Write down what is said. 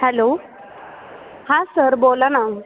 hello हां sir बोला ना